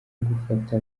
gufata